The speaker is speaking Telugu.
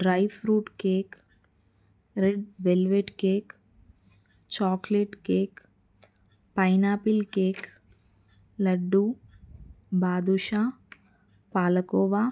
dry fruit cake red velvet cake chocolate cake pineapple cake laddu badusha palkova